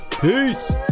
Peace